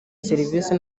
serivise